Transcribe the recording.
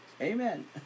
Amen